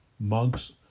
Monks